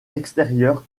extérieur